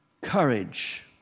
courage